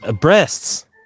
Breasts